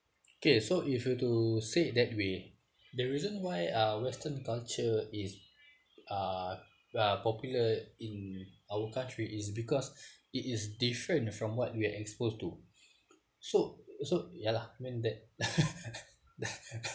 okay so if you were to say it that way the reason why uh western culture is uh uh popular in our country it's because it is different from what we are exposed to so so ya lah I mean that